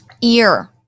ear